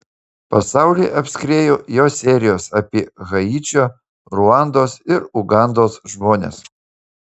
pasaulį apskriejo jo serijos apie haičio ruandos ir ugandos žmones